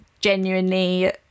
genuinely